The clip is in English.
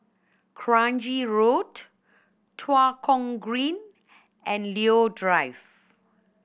Kranji Road Tua Kong Green and Leo Drive